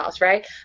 right